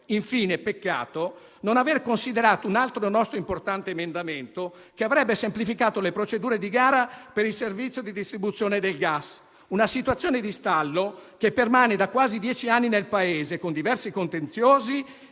Infine, peccato non aver considerato un altro nostro importante emendamento che avrebbe semplificato le procedure di gara per il servizio di distribuzione del gas: una situazione di stallo che permane da quasi dieci anni nel Paese, con diversi contenziosi